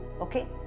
okay